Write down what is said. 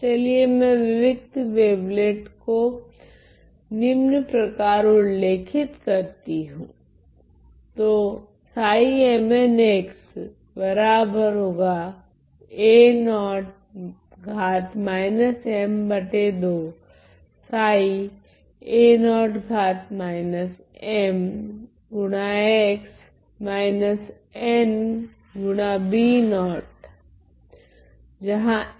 तो चलिए मैं विविक्त वेवलेट को निम्न प्रकार उल्लेखित करती हूँ